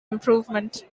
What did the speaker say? improvement